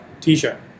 t-shirt